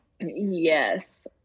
yes